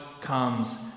comes